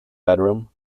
bedroom